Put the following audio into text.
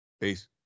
Peace